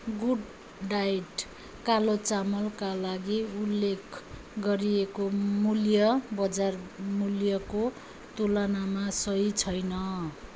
good diet कालो चामलका लागि उल्लेख गरिएको मूल्य बजार मूल्यको तुलनामा सही छैन